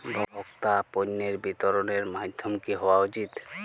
ভোক্তা পণ্যের বিতরণের মাধ্যম কী হওয়া উচিৎ?